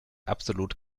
absolut